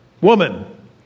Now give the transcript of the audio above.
woman